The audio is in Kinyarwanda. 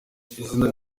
izina